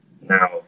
Now